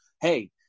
hey